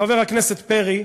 חבר הכנסת פרי,